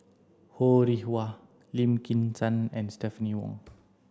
Ho Rih Hwa Lim Kim San and Stephanie Wong